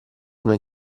come